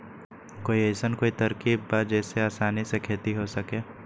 कोई अइसन कोई तरकीब बा जेसे आसानी से खेती हो सके?